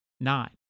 Nine